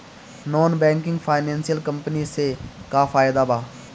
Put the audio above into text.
Non banking financial company से का फायदा बा?